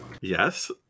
Yes